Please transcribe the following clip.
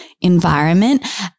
environment